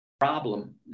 Problem